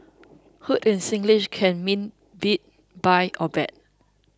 hoot in Singlish can mean beat buy or bet